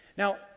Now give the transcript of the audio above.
Now